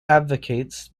advocates